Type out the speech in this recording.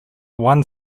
one